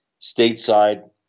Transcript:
stateside